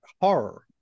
horror